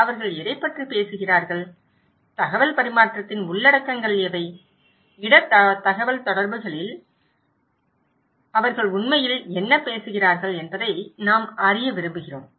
அவர்கள் எதைப் பற்றி பேசுகிறார்கள் தகவல் பரிமாற்றத்தின் உள்ளடக்கங்கள் எவை இடர் தகவல்தொடர்புகளில் ஆனால் அவர்கள் உண்மையில் என்ன பேசுகிறார்கள் என்பதை நாம் அறிய விரும்புகிறோம்